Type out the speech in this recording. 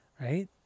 right